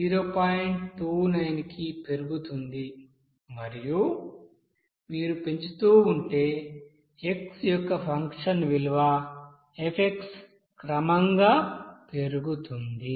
29 కి పెరుగుతుంది మరియు మీరు పెంచుతూ ఉంటే x యొక్క ఫంక్షన్ విలువ f క్రమంగా పెరుగుతుంది